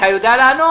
אתה יודע לענות?